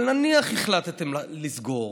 אבל נניח שהחלטתם לסגור,